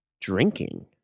drinking